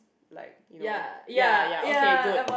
like you know ya ya okay good